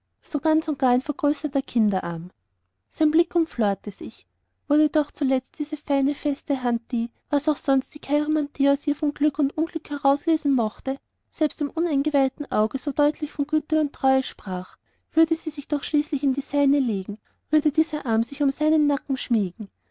so ganz und gar ein vergrößerter kinderarm und sein blick umflorte sich würde doch zuletzt diese kleine feste hand die was auch sonst die cheiromantie aus ihr von glück und unglück herauslesen mochte selbst dem uneingeweihten auge so deutlich von güte und treue sprach würde sie sich doch schließlich in die seine legen würde dieser arm sich um seinen nacken schmiegen